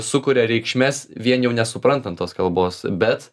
sukuria reikšmes vien jau nesuprantant tos kalbos bet